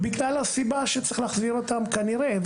בגלל הסיבה שצריך להחזיר אותן כנראה,